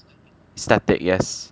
static yes